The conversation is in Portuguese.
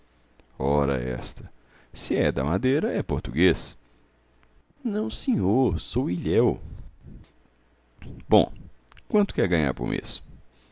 ora esta se é da madeira é português não senhor sou ilhéu bom quanto quer ganhar por mês